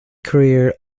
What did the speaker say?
career